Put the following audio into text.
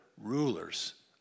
rulers